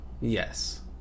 Yes